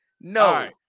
No